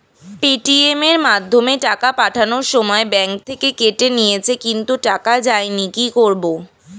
Paytm এর মাধ্যমে টাকা পাঠানোর সময় ব্যাংক থেকে কেটে নিয়েছে কিন্তু টাকা যায়নি কি করব?